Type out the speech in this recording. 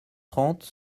trente